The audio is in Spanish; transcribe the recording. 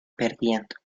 perdiendo